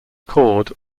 cord